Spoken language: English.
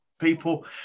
people